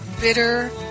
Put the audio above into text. bitter